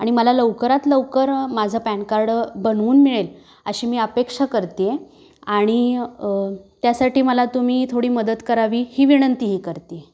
आणि मला लवकरात लवकर माझं पॅनकार्ड बनवून मिळेल अशी मी अपेक्षा करतेय आणि त्यासाठी मला तुम्ही थोडी मदत करावी ही विनंती ही करते